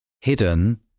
hidden